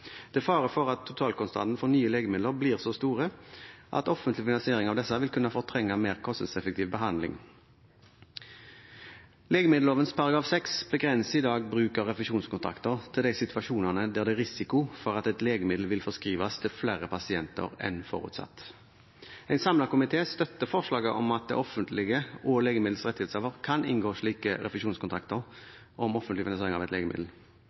Det er fare for at totalkostnadene for nye legemidler blir så store at offentlig finansiering av disse vil kunne fortrenge mer kostnadseffektiv behandling. Legemiddelloven § 6 begrenser i dag bruk av refusjonskontrakter til de situasjonene der det er risiko for at et legemiddel vil forskrives til flere pasienter enn forutsatt. En samlet komité støtter forslaget om at det offentlige og legemidlets rettighetshaver kan inngå slike refusjonskontrakter om offentlig finansiering av legemiddel.